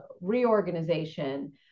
reorganization